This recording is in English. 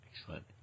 Excellent